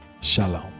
Shalom